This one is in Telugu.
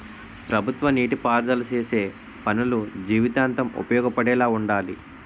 ప్రభుత్వ నీటి పారుదల సేసే పనులు జీవితాంతం ఉపయోగపడేలా వుండాలి